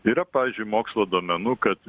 yra pavyzdžiui mokslo duomenų kad